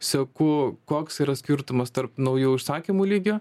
seku koks yra skirtumas tarp naujų užsakymų lygio